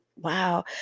wow